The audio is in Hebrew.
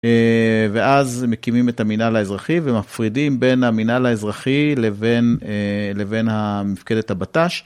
ואז מקימים את המנהל האזרחי ומפרידים בין המנהל האזרחי לבין אה.. לבין המפקדת הבט"ש.